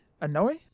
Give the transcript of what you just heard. annoy